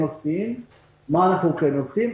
מה אנחנו כן עושים?